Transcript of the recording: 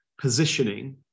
positioning